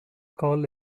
call